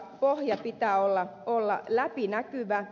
kustannuspohjan pitää olla läpinäkyvä